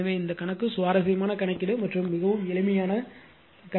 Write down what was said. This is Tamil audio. எனவே இந்த கணக்கு சுவாரஸ்யமான கணக்கீடு மற்றும் மிகவும் எளிமையான கணக்கீடு